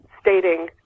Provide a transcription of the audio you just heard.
stating